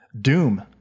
Doom